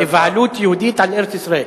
בבעלות יהודית על ארץ-ישראל.